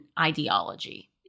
ideology